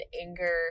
anger